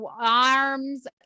arms